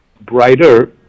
brighter